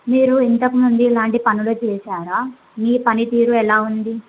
మీరు ఇంతకుముంది ఇలాంటి పనులు చేశారా మీ పని తీరు ఎలా ఉంది